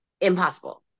impossible